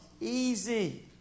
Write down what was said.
easy